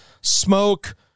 smoke